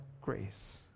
grace